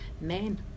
men